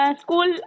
school